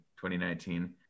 2019